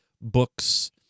books